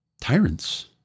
tyrants